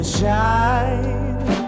shine